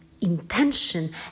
intention